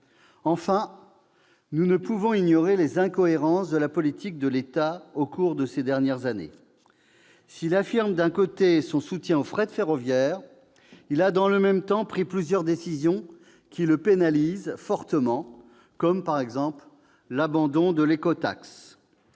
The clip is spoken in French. Enfin, nous ne pouvons ignorer les incohérences de la politique de l'État au cours de ces dernières années. Si celui-ci affirme d'un côté son soutien au fret ferroviaire, il a dans le même temps pris plusieurs décisions qui pénalisent ce dernier fortement, comme l'abandon de l'écotaxe.